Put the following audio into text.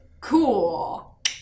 cool